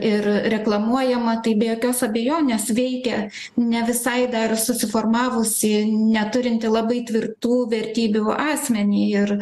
ir reklamuojama tai be jokios abejonės veikia ne visai dar susiformavusį neturintį labai tvirtų vertybių asmenį ir